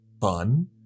Fun